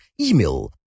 email